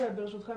ברשותכם,